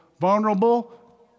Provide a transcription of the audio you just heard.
vulnerable